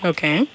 Okay